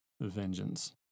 vengeance